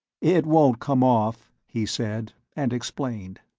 it won't come off, he said, and explained.